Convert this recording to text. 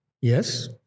Yes